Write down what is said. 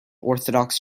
orthodox